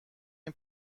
این